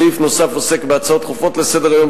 סעיף נוסף עוסק בהצעות דחופות לסדר-היום,